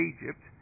Egypt